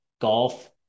Golf